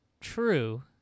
true